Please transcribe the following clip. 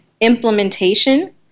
implementation